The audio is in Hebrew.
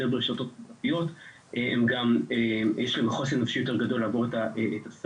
ברשתות החברתיות יש להם גם חוסן נפשי יותר גדול לעבור את הסגר,